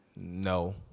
No